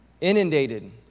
inundated